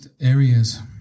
areas